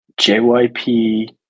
JYP